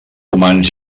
romans